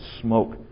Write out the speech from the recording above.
smoke